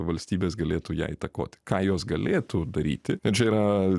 valstybės galėtų ją įtakoti ką jos galėtų daryti ir čia yra